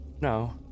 No